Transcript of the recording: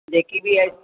जेकी बि आहे